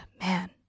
man